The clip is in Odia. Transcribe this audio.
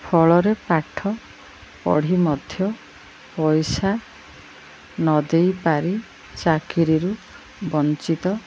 ଫଳରେ ପାଠ ପଢ଼ି ମଧ୍ୟ ପଇସା ନଦେଇ ପାରି ଚାକିରିରୁ ବଞ୍ଚିତ